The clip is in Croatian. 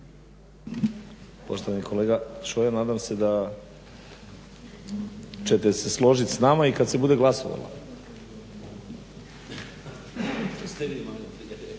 Poštovani kolega Šoja nadam se da ćete se složiti s nama i kada se bude glasalo.